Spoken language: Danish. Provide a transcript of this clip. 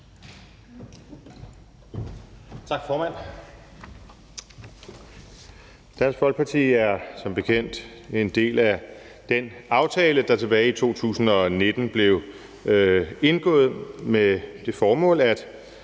Tak, formand. Dansk Folkeparti er som bekendt en del af en aftale, der tilbage i 2019 blev indgået med det formål at